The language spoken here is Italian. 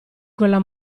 quella